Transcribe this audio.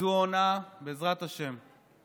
בעזרת השם.